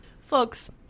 Folks